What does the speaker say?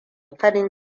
farin